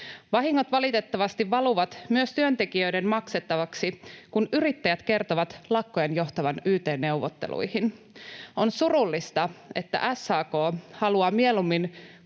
Vahingot valitettavasti valuvat myös työntekijöiden maksettavaksi, kun yrittäjät kertovat lakkojen johtavan yt-neuvotteluihin. On surullista, että SAK haluaa mieluummin